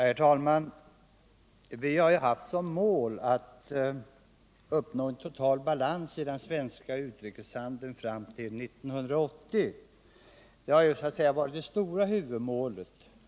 Herr talman! Vi har haft som mål att uppnå balans i den svenska utrikeshandeln fram till år 1980. Det har varit det stora huvudmålet.